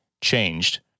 changed